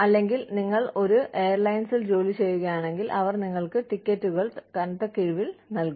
അല്ലെങ്കിൽ നിങ്ങൾ ഒരു എയർലൈനിനായി ജോലിചെയ്യുകയാണെങ്കിൽ അവർ നിങ്ങൾക്ക് ടിക്കറ്റുകൾ കനത്ത കിഴിവിൽ നൽകാം